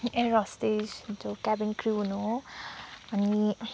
air hostess cabin crew हुनु हो अनि